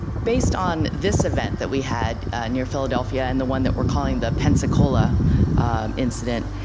based on this event that we had near philadelphia and the one that we're calling the pensacola incident,